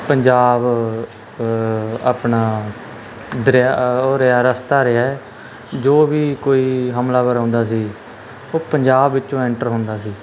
ਪੰਜਾਬ ਆਪਣਾ ਦਰਿਆ ਉਹ ਰਿਹਾ ਰਸਤਾ ਰਿਹਾ ਜੋ ਵੀ ਕੋਈ ਹਮਲਾਵਰ ਆਉਂਦਾ ਸੀ ਉਹ ਪੰਜਾਬ ਵਿੱਚੋਂ ਐਂਟਰ ਹੁੰਦਾ ਸੀ